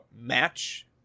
match